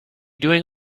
doing